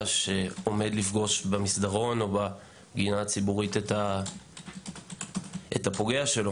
שיפגשו במסדרון או בגינה הציבורית את הפוגע שלו.